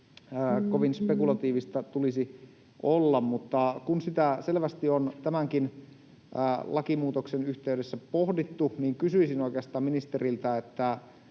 kovin spekulatiivista tulisi olla. Mutta kun sitä selvästi on tämänkin lakimuutoksen yhteydessä pohdittu, niin oikeastaan kysyisin ministeriltä,